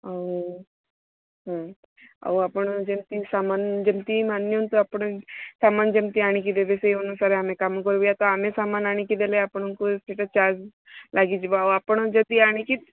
ଆଉ ହୁଁ ଆଉ ଆପଣ ଯେମିତି ସାମାନ୍ ଯେମିତି ମାନି ନିଅନ୍ତୁ ଆପଣ ସାମାନ୍ ଯେମିତି ଆଣିକି ଦେବେ ସେଇ ଅନୁସାରେ ଆମେ କାମ କରିବୁ ୟା ତ ଆମେ ସାମାନ୍ ଆଣିକି ଦେଲେ ଆପଣଙ୍କୁ ନିଶ୍ଚିତ ଚାର୍ଜ୍ ଲାଗିଯିବ ଆଉ ଆପଣ ଯଦି ଆଣିକି